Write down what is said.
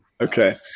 Okay